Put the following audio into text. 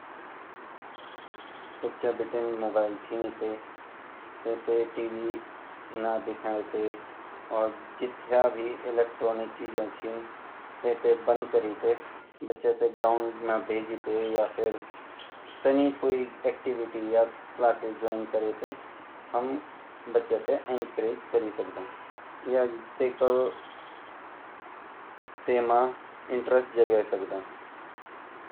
हम बच्चूते उंगा शारीरिक स्वास्त्य ते योगा करे सकन अर उते सुबेर-सुबेर मॉर्निंग वॉक करे सकन अर दौड़-भाग करे सकन और उठी-बैठी करे सकन कई तरीका से हम उन शारीरिक फिजिकल वॉर्क कर सकदा जेसे बच्चा खुश-खुश वेके खेल-खेल मा भी शारीरिक वर्क कर सकन।